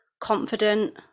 confident